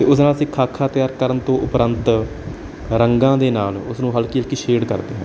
ਅਤੇ ਉਸ ਨਾਲ ਅਸੀਂ ਖਾਖਾ ਤਿਆਰ ਕਰਨ ਤੋਂ ਉਪਰੰਤ ਰੰਗਾਂ ਦੇ ਨਾਲ ਉਸਨੂੰ ਹਲਕੀ ਹਲਕੀ ਸ਼ੇਡ ਕਰਦੇ ਹਾਂ